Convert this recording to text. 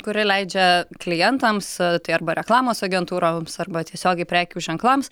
kuri leidžia klientams tai arba reklamos agentūroms arba tiesiogiai prekių ženklams